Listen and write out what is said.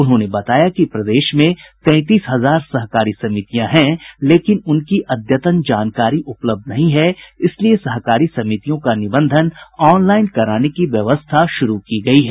उन्होंने बताया कि प्रदेश में तैंतीस हजार सहकारी समितियां हैं लेकिन उनकी अद्यतन जानकारी उपलब्ध नहीं है इसलिए सहकारी समितियों का निबंधन ऑनलाईन कराने की व्यवस्था शुरू की गयी है